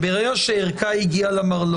נקודת המוצא היא שאדם נפגע עבירה לא מגיע לחדר האקוטי